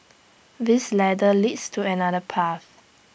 this ladder leads to another path